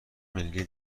ملی